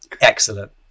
Excellent